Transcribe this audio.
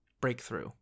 breakthrough